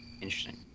Interesting